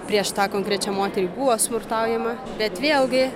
prieš tą konkrečią moterį buvo smurtaujama bet vėlgi